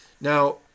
Now